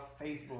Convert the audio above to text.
Facebook